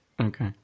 Okay